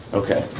ok.